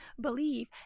believe